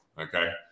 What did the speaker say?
okay